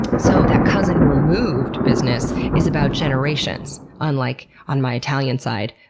so that cousin removed business is about generations, unlike, on my italian side,